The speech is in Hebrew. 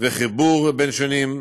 וחיבור בין שונים.